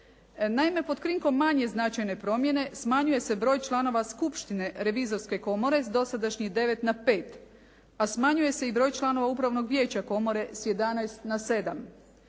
Naime, pod krinkom manje značajne promjene smanjuje se broj članova Skupštine revizorske komore s dosadašnjih 9 na 5, a smanjuje se i broj članova Upravnog vijeća komore s 11 na 7.